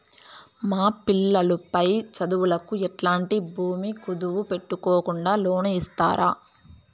మా పిల్లలు పై చదువులకు ఎట్లాంటి భూమి కుదువు పెట్టుకోకుండా లోను ఇస్తారా